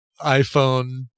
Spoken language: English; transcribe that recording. iphone